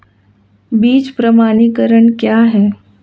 बीज प्रमाणीकरण क्या है?